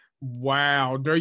Wow